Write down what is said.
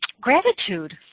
gratitude